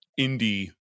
indie